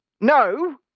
no